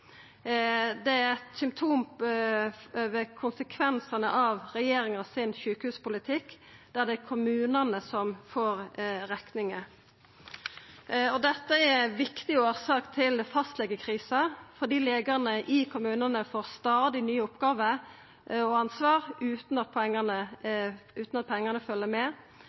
Det er eit symptom på konsekvensane av regjeringas sjukehuspolitikk, der det er kommunane som får rekninga. Dette er ei viktig årsak til fastlegekrisa, fordi legane i kommunane får stadig nye oppgåver og ansvar utan at